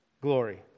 glory